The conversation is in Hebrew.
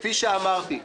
כפי שאמרתי,